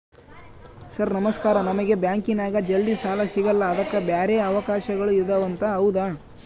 Sir ನಮಸ್ಕಾರ ನಮಗೆ ಬ್ಯಾಂಕಿನ್ಯಾಗ ಜಲ್ದಿ ಸಾಲ ಸಿಗಲ್ಲ ಅದಕ್ಕ ಬ್ಯಾರೆ ಅವಕಾಶಗಳು ಇದವಂತ ಹೌದಾ?